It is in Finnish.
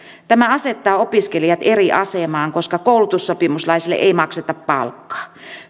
tämä asettaa opiskelijat eri asemaan koska koulutussopimuslaiselle ei makseta palkkaa